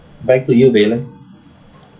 back to you valen